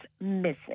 missing